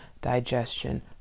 digestion